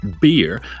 beer